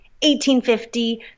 1850